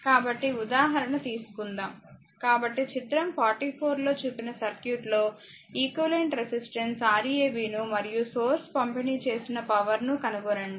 కాబట్టి ఉదాహరణ తీసుకుందాం కాబట్టి చిత్రం 44 లో చూపిన సర్క్యూట్లో ఈక్వివలెంట్ రెసిస్టెన్స్ Rab ను మరియు సోర్స్ పంపిణీ చేసిన పవర్ ను కనుగొనండి